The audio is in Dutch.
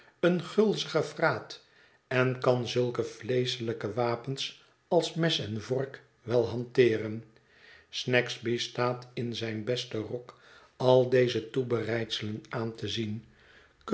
een gulzige vraat en kan zulke vleeschelijke wapens als mes en vork wel hanteeren snagsby staat in zijn besten rok al deze toebereidselen aan te zien